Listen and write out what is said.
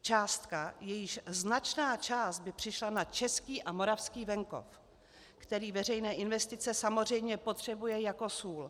Částka, jejíž značná část by přišla na český a moravský venkov, který veřejné investice samozřejmě potřebuje jako sůl.